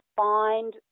find